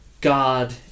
God